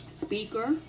speaker